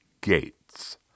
gates